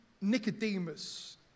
Nicodemus